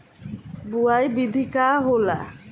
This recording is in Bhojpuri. बुआई विधि का होला?